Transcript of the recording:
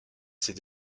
ses